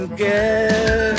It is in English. get